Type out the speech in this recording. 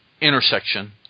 intersection –